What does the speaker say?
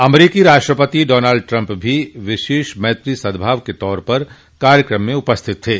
अमरीकी राष्ट्रपति Donald Trump भी विशेष मैत्री सद्भाव के तौर पर कार्यक्रम में उपस्थित थे